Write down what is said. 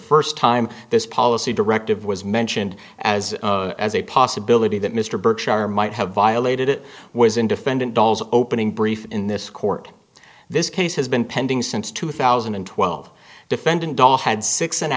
first time this policy directive was mentioned as as a possibility that mr berkshire might have violated it was in defendant dolls opening brief in this court this case has been pending since two thousand and twelve defendant doll had six and a